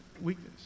weakness